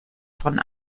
von